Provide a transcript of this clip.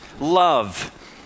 love